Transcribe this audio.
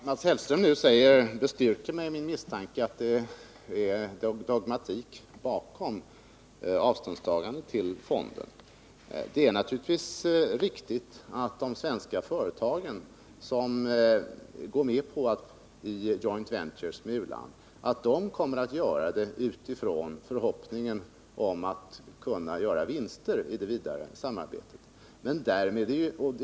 Herr talman! Vad Mats Hellström nu säger styrker mig i min misstanke att det är dogmatism bakom avståndstagandet från fonden. Det är naturligtvis riktigt att de svenska företag, som går med på joint ventures med utlandet, kommer att göra det utifrån förhoppningen att kunna göra vinster i det vidare samarbetet.